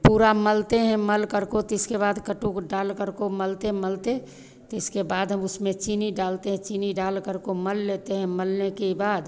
पूरा मलते हैं मल करको तिसके बाद कटुक डालकर को मलते मलते तिसके बाद है उसमें चीनी डालते हैं चीनी डालकर को मल लेते हैं मलने के बाद